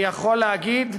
אני יכול להגיד",